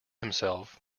himself